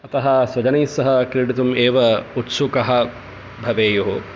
अतः स्वजनैस्सह क्रीडितुम् एव उत्सुकः भवेयुः